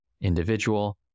individual